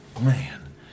Man